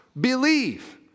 believe